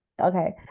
okay